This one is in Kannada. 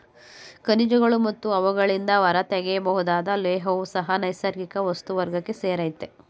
ಖನಿಜಗಳು ಮತ್ತು ಅವುಗಳಿಂದ ಹೊರತೆಗೆಯಬಹುದಾದ ಲೋಹವೂ ಸಹ ನೈಸರ್ಗಿಕ ವಸ್ತು ವರ್ಗಕ್ಕೆ ಸೇರಯ್ತೆ